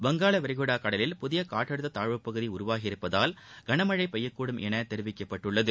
வங்காள விரிகுடா கடலில் புதிய காற்றழுத்த தாழ்வுப்பகுதி உருவாகியிருப்பதால் கனமழை பெய்யக்கூடும் என தெரிவிக்கப்பட்டுள்ளது